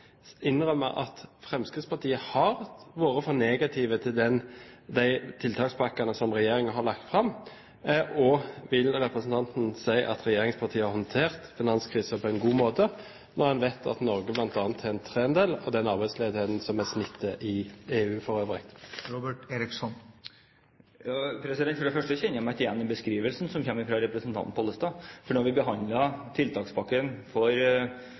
innrømme at Fremskrittspartiet har vært for negative til de tiltakspakkene som regjeringen har lagt fram, og vil representanten si at regjeringspartiene har håndtert finanskrisen på en god måte, når en vet at Norge bl.a. har en tredjedel av den arbeidsledigheten som er snittet i EU? For det første kjenner jeg meg ikke igjen i beskrivelsen som kommer fra representanten Pollestad. Da vi